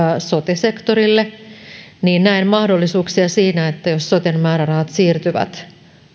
sote sektorille ja näen mahdollisuuksia siinä että jos soten määrärahat siirtyvät